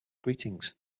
greetings